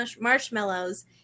marshmallows